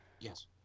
Yes